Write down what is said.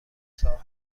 صاحب